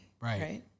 right